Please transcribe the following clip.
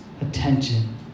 attention